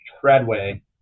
treadway